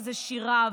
שזה שירה,